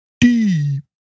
deep